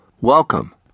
Welcome